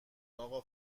اقا